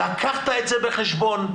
לקחת את זה בחשבון,